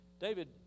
David